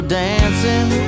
dancing